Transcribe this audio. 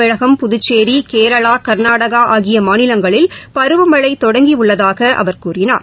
தமிழகம் புதுச்சேரிகேரளா கர்நாடகஆகியமாநிலங்களில் பருவமழைதொடங்கியுள்ளதாகஅவர் கூறினார்